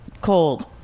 cold